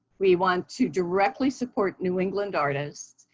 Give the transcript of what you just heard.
we want to directly support new england artists.